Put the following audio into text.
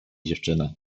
dziewczyna